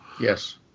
Yes